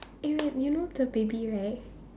eh wait you know the baby right